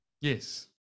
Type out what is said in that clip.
Yes